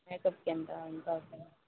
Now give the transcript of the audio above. మేకప్కి ఎంత ఎంతవుతుంది